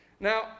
Now